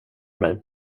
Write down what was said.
mig